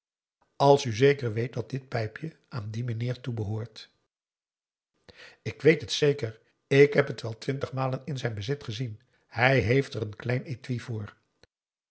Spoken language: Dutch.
als u zeker weet dat dit pijpje aan dien mijnheer toebehoort p a daum de van der lindens c s onder ps maurits ik weet het zeker ik heb het wel twintigmalen in zijn bezit gezien hij heeft er een klein étui voor